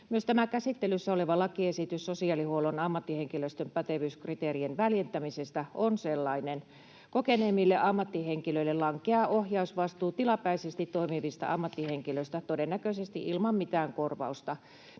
Myös tämä käsittelyssä oleva lakiesitys sosiaalihuollon ammattihenkilöstön pätevyyskriteerien väljentämisestä on sellainen. Kokeneemmille ammattihenkilöille lankeaa ohjausvastuu tilapäisesti toimivista ammattihenkilöistä todennäköisesti ilman mitään korvausta.